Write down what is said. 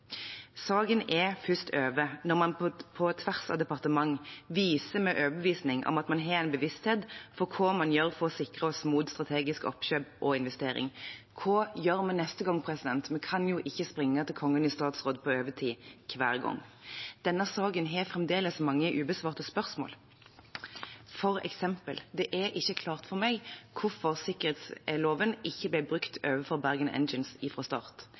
Saken er først over når man på tvers av departementer viser med overbevisning at man har en bevissthet på hva man gjør for å sikre oss mot strategisk oppkjøp og investering. Hva gjør vi neste gang? Vi kan jo ikke springe til Kongen i statsråd på overtid hver gang. Denne saken har fremdeles mange ubesvarte spørsmål, f.eks.: Det er ikke klart for meg hvorfor sikkerhetsloven ikke ble brukt overfor Bergen